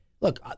look